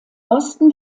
osten